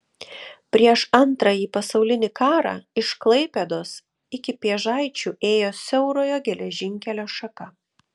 prieš antrąjį pasaulinį karą iš klaipėdos iki pėžaičių ėjo siaurojo geležinkelio šaka